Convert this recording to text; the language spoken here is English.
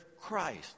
Christ